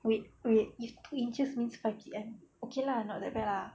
wait wait if inches means five C_M okay lah not that bad lah